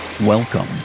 Welcome